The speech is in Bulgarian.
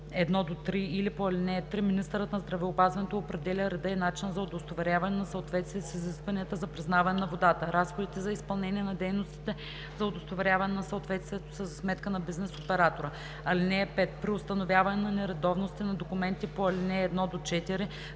1 – 3 или по ал. 3, министърът на здравеопазването определя реда и начина за удостоверяване на съответствие с изискванията за признаване на водата. Разходите за изпълнение на дейностите за удостоверяване на съответствието са за сметка на бизнес оператора. (5) При установяване на нередовности на документите по ал. 1 – 4